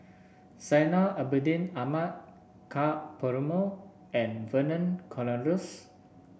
Zainal Abidin Ahmad Ka Perumal and Vernon Cornelius